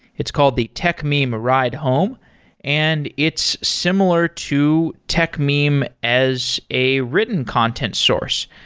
it's called the techmeme ride home and it's similar to techmeme as a written content source.